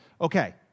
Okay